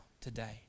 today